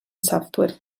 software